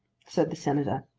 said the senator.